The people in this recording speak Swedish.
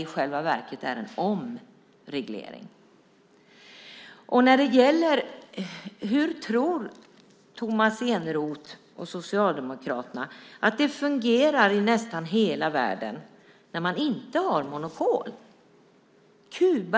I själva verket är det en omreglering. Hur tror Tomas Eneroth och Socialdemokraterna att det fungerar i nästan hela världen där det inte finns monopol?